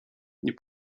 nie